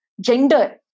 gender